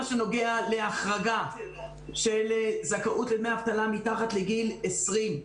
באשר להחרגה של זכאות לדמי אבטלה מתחת לגיל 20,